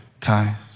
times